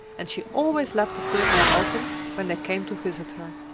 and she always left the curtains open when they came to visit her.